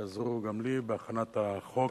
שעזרו גם לי בהכנת החוק,